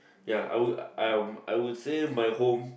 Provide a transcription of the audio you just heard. ya I would I'm I would say my home